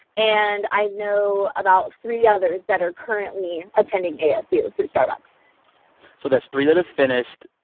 and i know about three others that are currently attending asu through starbucks so that's three that have finished,